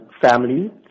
family